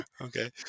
Okay